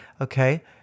okay